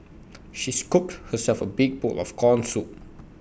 she scooped herself A big bowl of Corn Soup